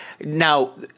now